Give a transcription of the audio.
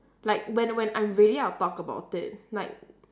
like when when I'm ready I'll talk about it like